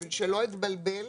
בשביל שלא אתבלבל: